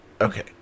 Okay